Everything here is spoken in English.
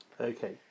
Okay